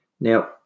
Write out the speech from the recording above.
Now